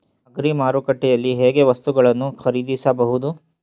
Agri ಮಾರುಕಟ್ಟೆಯಲ್ಲಿ ಹೇಗೆ ವಸ್ತುಗಳನ್ನು ಖರೀದಿಸಬಹುದು?